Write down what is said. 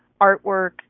artwork